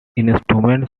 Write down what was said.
instrument